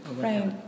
Right